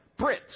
Brits